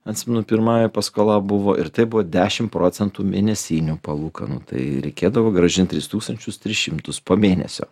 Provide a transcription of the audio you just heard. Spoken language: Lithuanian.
atsimenu pirmąja paskola buvo ir tai buvo dešimt procentų mėnesinių palūkanų tai reikėdavo grąžint trys tūkstančius tris šimtus po mėnesio